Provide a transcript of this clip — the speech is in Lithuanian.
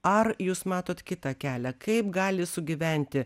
ar jūs matot kitą kelią kaip gali sugyventi